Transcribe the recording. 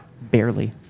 Barely